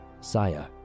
Saya